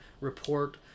report